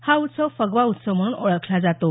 हा उत्सव फगवा उत्सव म्हणून ओळखला जातो